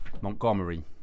Montgomery